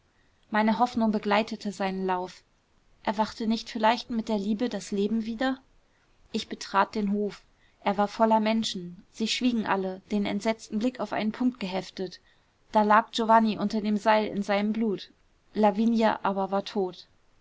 meine hoffnung begleitete seinen lauf erwachte nicht vielleicht mit der liebe das leben wieder ich betrat den hof er war voller menschen sie schwiegen alle den entsetzten blick auf einen punkt geheftet da lag giovanni unter dem seil in seinem blut lavinia aber war tot